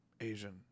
Asian